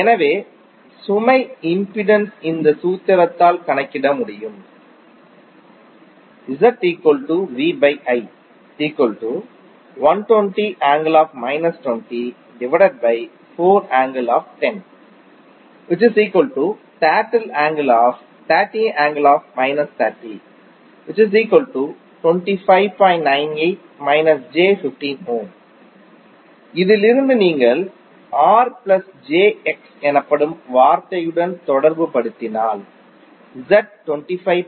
எனவே சுமை இம்பிடன்ஸ் இந்த சூத்திரத்தால் கணக்கிட முடியும் Ω இதிலிருந்து நீங்கள் R பிளஸ் jx எனப்படும் வார்த்தையுடன் தொடர்புபடுத்தினால் Z 25